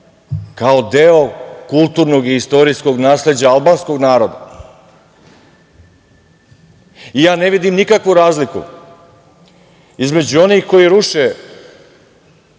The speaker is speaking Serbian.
kao deo kulturnog i istorijskog nasleđa albanskog naroda. Ja ne vidim nikakvu razliku između onih koji ruše,